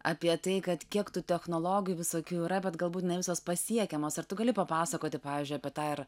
apie tai kad kiek tų technologijų visokių yra bet galbūt ne visos pasiekiamos ar tu gali papasakoti pavyzdžiui apie tą ir